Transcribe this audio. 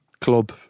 club